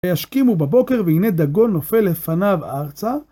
וישכימו בבוקר, והנה דגון נופל לפניו ארצה.